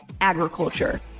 agriculture